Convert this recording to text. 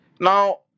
Now